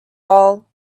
all